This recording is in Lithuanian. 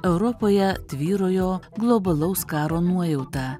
europoje tvyrojo globalaus karo nuojauta